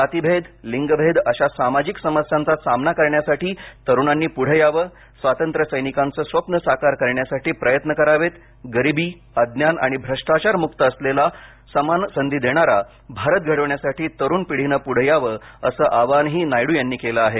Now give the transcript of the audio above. जातीभेद लिंग भेद अशा सामाजिक समस्यांचा सामना करण्यासाठी तरुणांनी पुढं यावं स्वातंत्र्य सैनिकांचे स्वप्न साकार करण्यासाठी प्रयत्न करावेत गरीबी अज्ञान आणि भ्रष्टाचार मुक्त असलेला समान संधी देणारा भारत घडविण्यासाठी तरुण पिढीनं पुढं यावं असं आवाहनही नायडू यांनीकेलं आहे